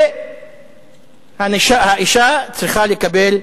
והנשים צריכות לקבל,